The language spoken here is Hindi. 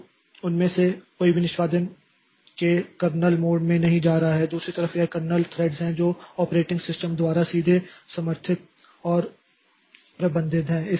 तो उनमें से कोई भी निष्पादन के कर्नेल मोड में नहीं जा रहा है दूसरी तरफ यह कर्नेल थ्रेड्स हैं जो ऑपरेटिंग सिस्टम द्वारा सीधे समर्थित और प्रबन्धित है